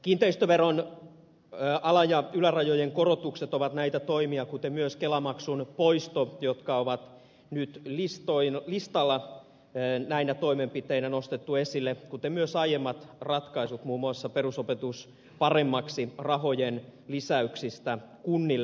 kiinteistöveron ala ja ylärajojen korotukset ovat näitä toimia kuten myös kelamaksun poisto jotka on nyt listalla näinä toimenpiteinä nostettu esille kuten myös aiemmat ratkaisut muun muassa ratkaisu perusopetus paremmaksi rahojen lisäyksistä kunnille